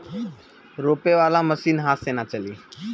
रोपे वाला मशीन हाथ से ना चली